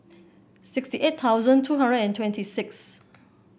sixty eight thousand two hundred and twenty six